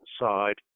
side